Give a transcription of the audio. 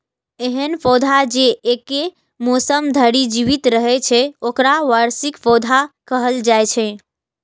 एहन पौधा जे एके मौसम धरि जीवित रहै छै, ओकरा वार्षिक पौधा कहल जाइ छै